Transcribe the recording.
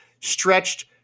stretched